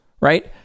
Right